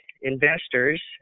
investors